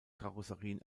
karosserien